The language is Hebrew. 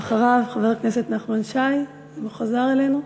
ואחריו, חבר הכנסת נחמן שי, אם הוא חזר אלינו.